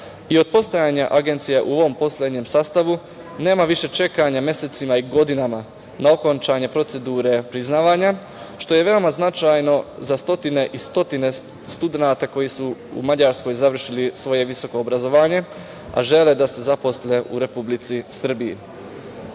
i od postojanje agencije u ovom poslednjem sastavu nema više čekanja mesecima i godinama na okončanje procedure priznavanja, što je veoma značajno za stotine i stotine studenata koji su u Mađarskoj završili svoje visoko obrazovanje, a žele da se zaposle u Republici